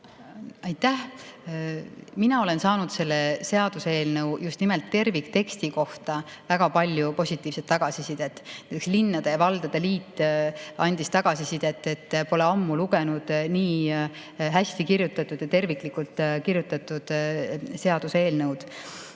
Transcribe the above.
Aitäh! Mina olen saanud selle seaduseelnõu just nimelt tervikteksti kohta väga palju positiivset tagasisidet. Linnade ja valdade liit andis tagasisidet, et pole ammu lugenud nii hästi kirjutatud ja terviklikku seaduseelnõu.